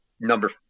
number